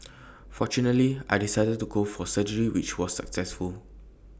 fortunately I decided to go for surgery which was successful